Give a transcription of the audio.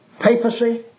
papacy